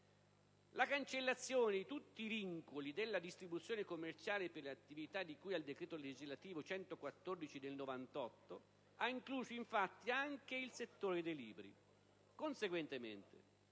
La cancellazione di tutti i vincoli della distribuzione commerciale per le attività di cui al decreto legislativo n. 114 del 1998 ha incluso infatti anche il settore dei libri.